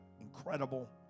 incredible